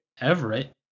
Everett